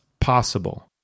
possible